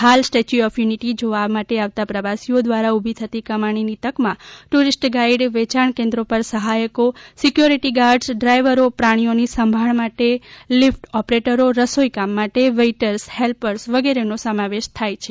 હાલ statue of unity જોવા માટે આવતા પ્રવાસીઓ દ્વારા ઊભી થતી કમાણી ની તક માં ટુરીસ્ટ ગાઇડ વેચાણ કેંત્રો પર સહાયકો સીક્યોરીટી ગાર્ડસ ડ્રાઇવરો પ્રાણીઓની સંભાળ માટે લીફ્ટ ઓપરેટરો રસોઇકામ માટે વેઇટર્સ હેલ્પર્સ વગેરે નો સમાવેશ થાય છે